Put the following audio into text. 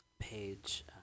page